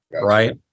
Right